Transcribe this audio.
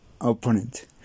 opponent